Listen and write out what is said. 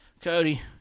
Cody